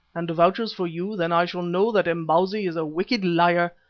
and vouches for you, then i shall know that imbozwi is a wicked liar,